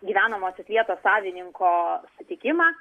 gyvenamosios vietos savininko sutikimą